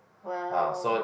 !wow!